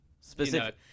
Specific